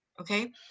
okay